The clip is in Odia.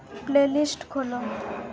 ପ୍ଲେଲିଷ୍ଟ ଖୋଲ